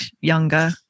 younger